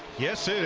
yes, yeah